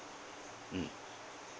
mm